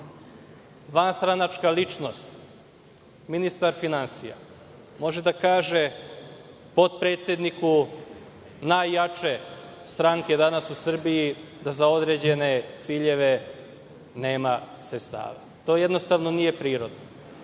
vanstranačka ličnost, ministar finansija, može da kaže potpredsedniku najjače stranke danas u Srbiji da za određene ciljeve nema sredstava. To jednostavno nije prirodno.